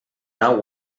nau